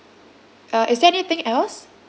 uh is there anything else